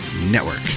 Network